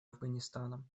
афганистаном